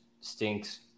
stinks